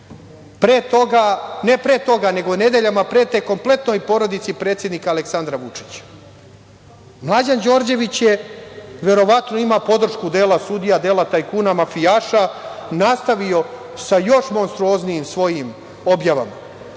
pretili su šišanjem. Nedeljama prete kompletnoj porodici predsednika Aleksandra Vučića. Mlađan Đorđević je, verovatno ima podršku dela sudija, dela tajkuna mafijaša, nastavio sa još monstrouznijim svojim objavama